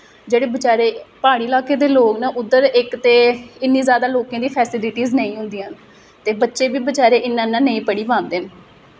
जेह्ड़े बचैरे प्हाड़ी लाकै दे लोग न उद्धर इक ते इ'न्नी जादा लोकें दी फैसिलिटीज नेईं होंदियां न ते बच्चे बी बचैरे इ'न्ना ना नेईं पढ़ी पांदे न